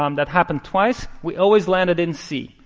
um that happened twice, we always landed in c.